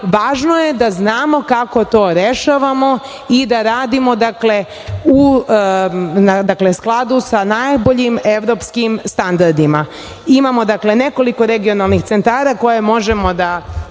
važno je da znamo kako to rešavamo i da radimo u skladu sa najboljim evropskim standardima. Imamo nekoliko regionalnih centara koje možemo da